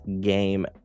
game